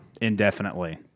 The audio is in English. Indefinitely